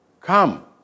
Come